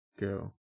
go